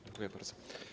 Dziękuję bardzo.